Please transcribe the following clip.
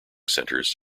centres